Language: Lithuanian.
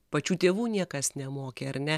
pačių tėvų niekas nemokė ar ne